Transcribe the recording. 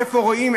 איפה רואים,